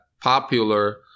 popular